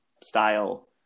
style